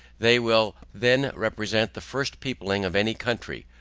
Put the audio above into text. they will then represent the first peopling of any country,